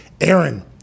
Aaron